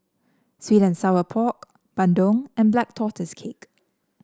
sweet and Sour Pork bandung and Black Tortoise Cake